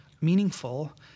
meaningful